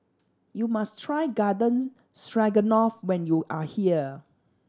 you must try Garden Stroganoff when you are here